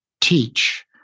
teach